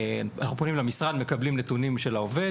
אנחנו פונים למשרד, מקבלים נתונים של העובד,